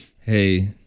hey